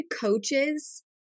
coaches